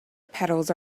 pedals